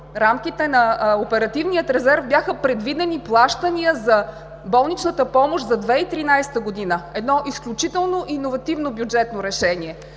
рамките на оперативния резерв бяха предвидени плащания за болничната помощ за 2013 г. – едно изключително иновативно бюджетно решение.